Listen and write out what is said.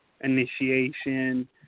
initiation